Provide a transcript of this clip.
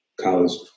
college